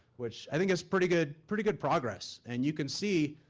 which. i think that's pretty good. pretty good progress. and you can see,